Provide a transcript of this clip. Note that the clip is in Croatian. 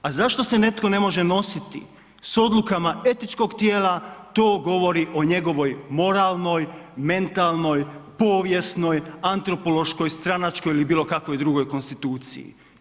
A zašto se netko ne može nositi s odlukama etičkog tijela, to govori o njegovoj moralnoj, mentalnoj, povijesnoj, antropološkoj, stranačkoj ili bilo kakvoj konstituciji.